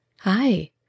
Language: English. Hi